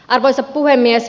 arvoisa puhemies